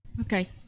Okay